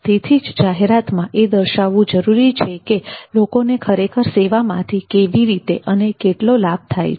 તેથી જ જાહેરાતમા એ દર્શાવવું જરૂરી છે કે લોકોને ખરેખર સેવામાંથી કેવી રીતે અને કેટલો લાભ થાય છે